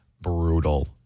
brutal